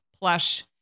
plush